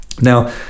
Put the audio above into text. now